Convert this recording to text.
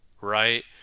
right